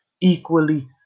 equally